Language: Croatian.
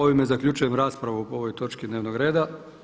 Ovime zaključujem raspravu o ovoj točki dnevnog reda.